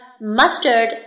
mustard